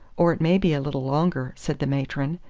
or it may be a little longer, said the matron,